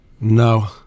No